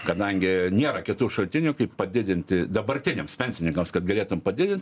kadangi nėra kitų šaltinių kaip padidinti dabartiniams pensininkams kad galėtum padidint